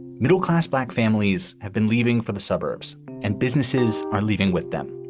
middle class black families have been leaving for the suburbs and businesses are leaving with them.